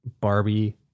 Barbie